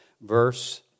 verse